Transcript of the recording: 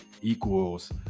equals